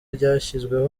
ryashyizweho